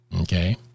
okay